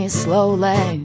slowly